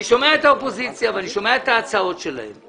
שומע את ההצעות שלהם.